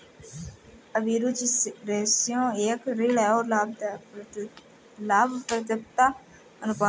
अभिरुचि रेश्यो एक ऋण और लाभप्रदता अनुपात है